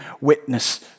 witness